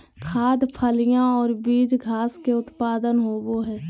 खाद्य, फलियां और बीज घास के उत्पाद होबो हइ